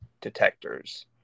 detectors